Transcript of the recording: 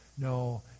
No